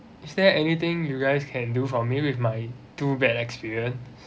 is there anything you guys can do for me with my two bad experience